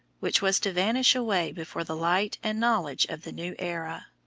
which was to vanish away before the light and knowledge of the new era.